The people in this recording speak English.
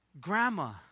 Grandma